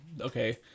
Okay